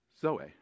Zoe